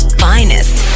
finest